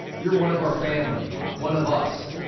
you're one of our family, one of us,